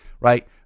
right